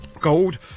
Gold